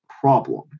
problem